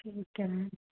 ਠੀਕ ਹੈ ਮੈਮ